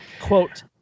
Quote